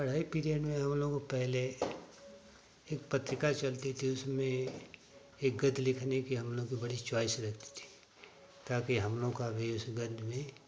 पढ़ाई पीरियड में हम लोग को पहले एक पत्रिका चलती थी उसमें एक गद्य लिखने की हम लोग को बड़ी चॉइस रहती थी ताकि हम लोग का भी इस गद्य में